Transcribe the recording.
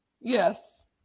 Yes